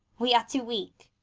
we are too weak.